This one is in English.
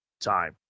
time